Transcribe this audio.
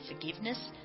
forgiveness